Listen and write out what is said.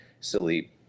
silly